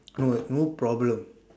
no no problem